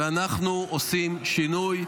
ואנחנו עושים שינוי.